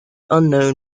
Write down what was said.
unknown